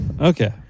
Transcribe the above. Okay